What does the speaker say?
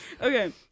Okay